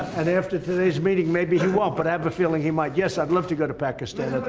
and after today's meeting maybe he won't but i have a feeling he might yes, i'd love to go to pakistan